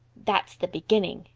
that's the beginning,